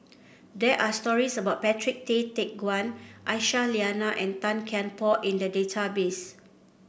there are stories about Patrick Tay Teck Guan Aisyah Lyana and Tan Kian Por in the database